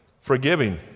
Forgiving